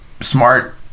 Smart